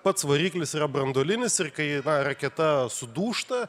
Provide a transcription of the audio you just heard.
pats variklis yra branduolinis ir kai raketa sudūžta